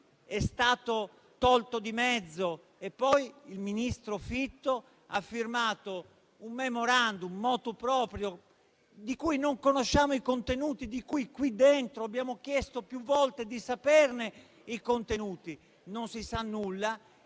è stato tolto di mezzo. E poi il ministro Fitto ha firmato un *memorandum* *motu proprio* di cui non conosciamo i contenuti, che in quest'Aula abbiamo chiesto più volte di conoscere. Non si sa nulla.